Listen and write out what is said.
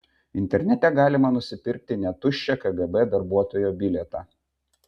internete galima nusipirkti net tuščią kgb darbuotojo bilietą